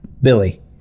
Billy